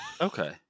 Okay